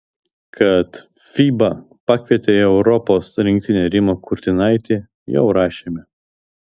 kad fiba pakvietė į europos rinktinę rimą kurtinaitį jau rašėme